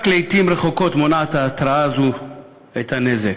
רק לעתים רחוקות ההתרעה הזאת מונעת את הנזק,